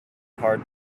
hard